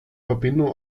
verbindung